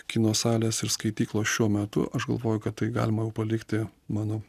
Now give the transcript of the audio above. kino salės ir skaityklos šiuo metu aš galvoju kad tai galima jau palikti mano